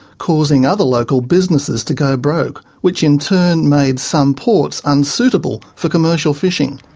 causing other local businesses to go broke, which in turn made some ports unsuitable for commercial fishing.